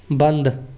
ਬੰਦ